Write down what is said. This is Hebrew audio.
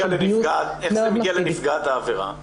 של גיוס --- איך זה מגיע לנפגעת העבירה?